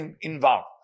involved